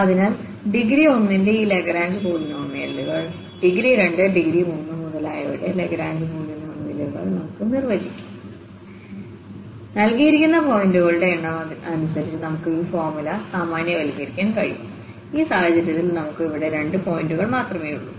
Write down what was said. അതിനാൽ ഡിഗ്രി 1 ന്റെ ഈ ലഗ്രാഞ്ച് പോളിനോമിയലുകൾ ഡിഗ്രി 2 ഡിഗ്രി 3 മുതലായവയുടെ ലാഗ്രാഞ്ച് പോളിനോമിയലുകൾ നമുക്ക് നിർവചിക്കാം നൽകിയിരിക്കുന്ന പോയിന്റുകളുടെ എണ്ണം അനുസരിച്ച് നമുക്ക് ഈ ഫോർമുലയെ സാമാന്യവൽക്കരിക്കാൻ കഴിയും ഈ സാഹചര്യത്തിൽ നമുക്ക് അവിടെ രണ്ട് പോയിന്റുകൾ മാത്രമേയുള്ളൂ